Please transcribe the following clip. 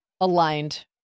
aligned